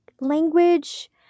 language